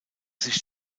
sich